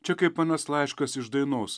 čia kaip anas laiškas iš dainos